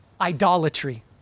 idolatry